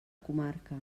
comarca